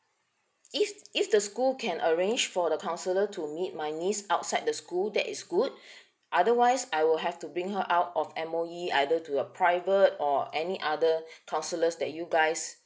if if the school can arrange for the counsellor to meet my niece outside the school that is good otherwise I will have to bring her out of M_O_E either to a private or any other counsellors that you guys